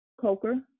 coker